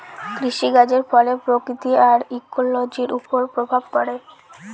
কৃষিকাজের ফলে প্রকৃতি আর ইকোলোজির ওপর প্রভাব পড়ে